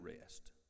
rest